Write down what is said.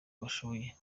bashoboye